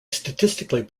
statistically